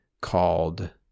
called